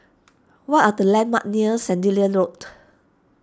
what are the landmarks near Sandilands Road